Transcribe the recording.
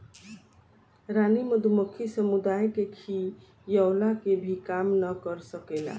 रानी मधुमक्खी समुदाय के खियवला के भी काम ना कर सकेले